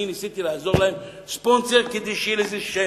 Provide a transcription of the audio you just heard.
אני ניסיתי לעזור להם, ספונסר, כדי שיהיה לזה שם.